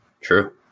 true